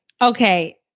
okay